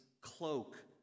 cloak